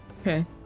Okay